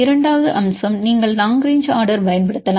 இரண்டாவது அம்சம் நீங்கள் லாங் ரேங்ச் ஆர்டர் பயன் படுத்தலாம்